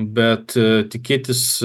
bet tikėtis